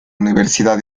universidad